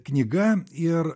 knyga ir